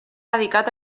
dedicat